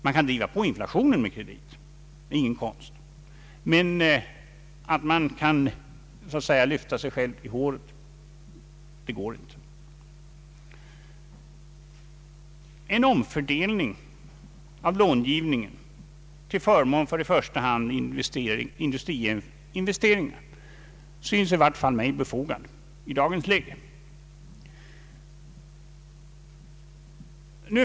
Man kan driva på inflationen med krediter — det är ingen konst — men det går inte att lyfta sig själv i håret. En omfördelning av långivningen till förmån för i första hand industriinvesteringar synes i vart fall mig befogad i dagens läge.